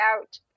out